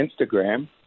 Instagram